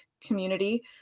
community